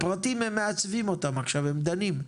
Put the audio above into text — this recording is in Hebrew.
את הפרטים הם מעצבים עכשיו, הם דנים בזה.